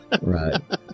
Right